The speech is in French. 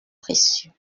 précieux